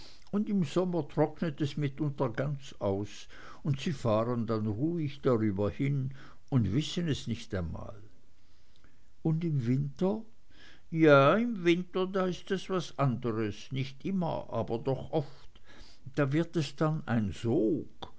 und im sommer trocknet es mitunter ganz aus und sie fahren dann ruhig drüber hin und wissen es nicht einmal und im winter ja im winter da ist es was anderes nicht immer aber doch oft da wird es dann ein sog